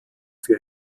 für